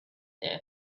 their